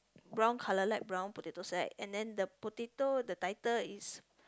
brown colour light brown potato sack and then the potato the title is